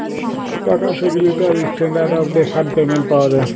টাকা থ্যাকলে তার ইসট্যানডারড অফ ডেফারড পেমেন্ট পাওয়া যায়